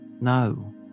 no